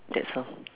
that's all